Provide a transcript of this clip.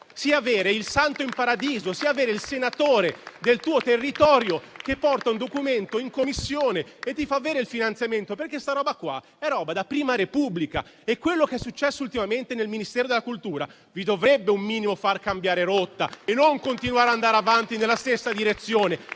avere il santo in paradiso, il senatore del tuo territorio che porta un documento in Commissione e ti fa avere il finanziamento: questa è roba da Prima Repubblica. Quello che è successo ultimamente nel Ministero della cultura vi dovrebbe un minimo far cambiare rotta e non continuare ad andare avanti nella stessa direzione,